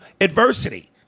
adversity